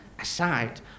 Aside